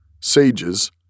Sages